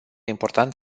important